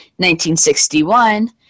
1961